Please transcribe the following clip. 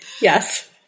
Yes